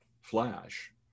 flash